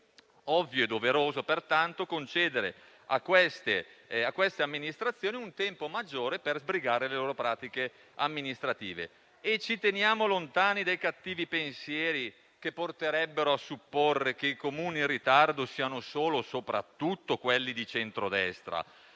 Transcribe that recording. Ovvio e doveroso, pertanto, concedere a queste amministrazioni un tempo maggiore per sbrigare le loro pratiche amministrative. Ci teniamo lontani dai cattivi pensieri, che porterebbero a supporre che i Comuni in ritardo siano solo e soprattutto quelli di centrodestra.